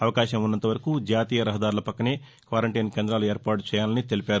అవకాశం ఉన్నంత వరకు జాతీయ రహదారుల పక్కనే క్వారంటైన్ కేంద్రాలు ఏర్పాటు చేయాలని తెలిపారు